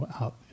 Out